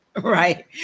Right